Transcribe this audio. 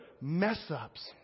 mess-ups